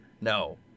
No